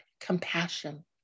compassion